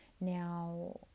Now